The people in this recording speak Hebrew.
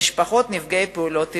למשפחות נפגעי פעולות האיבה.